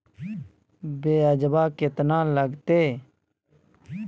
ब्यजवा केतना लगते?